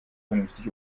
vernünftig